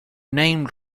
name